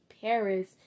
Paris